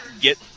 get –